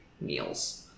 meals